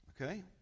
okay